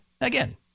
again